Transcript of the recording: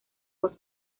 voz